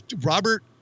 Robert